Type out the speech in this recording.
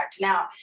Now